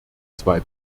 zwei